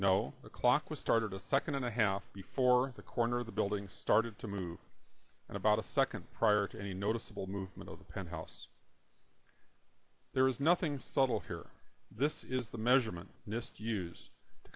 the clock was started a second and a half before the corner of the building started to move in about a second prior to any noticeable movement of the penthouse there is nothing subtle here this is the measurement nist use to